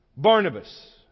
Barnabas